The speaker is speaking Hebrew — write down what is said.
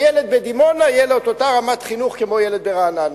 שלילד בדימונה תהיה אותה רמת חינוך כמו לילד ברעננה.